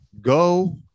go